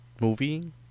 movie